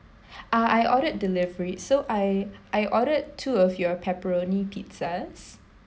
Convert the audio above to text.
uh I ordered delivery so I I ordered two of your pepperoni pizzas